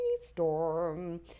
Storm